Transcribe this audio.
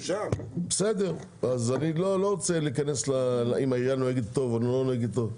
אז אני לא רוצה להיכנס לשאלה האם העירייה נוהגת טוב או לא נוהגת טוב,